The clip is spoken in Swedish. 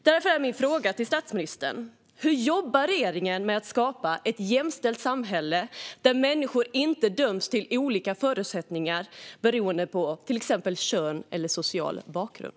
Därför är min fråga till statsministern: Hur jobbar regeringen med att skapa ett jämställt samhälle där människor inte döms till olika förutsättningar beroende på exempelvis kön eller social bakgrund?